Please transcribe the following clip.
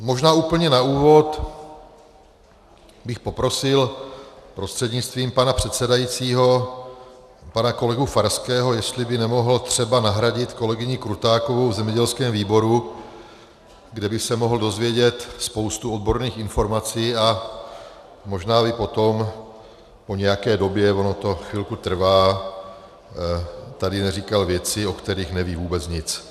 Možná úplně na úvod bych poprosil prostřednictvím pana předsedajícího pana kolegu Farského, jestli by nemohl třeba nahradit kolegyni Krutákovou v zemědělském výboru, kde by se mohl dozvědět spoustu odborných informací, a možná by potom po nějaké době ono to chvilku trvá tady neříkal věci, o kterých neví vůbec nic.